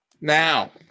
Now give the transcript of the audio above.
Now